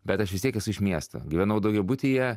bet aš vis tiek esu iš miesto gyvenau daugiabutyje